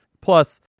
Plus